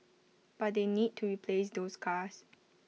but they need to replace those cars